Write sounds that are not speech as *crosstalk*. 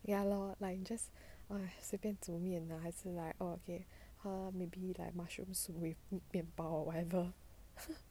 ya lor like just 随便煮面啊还是 like orh okay 喝 maybe like mushroom soup with 面包 whatever *laughs*